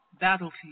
battlefield